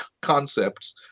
concepts